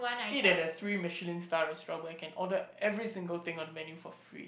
eat a three Michelin star restaurant where I can order every single thing on the menu for free